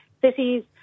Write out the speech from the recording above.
cities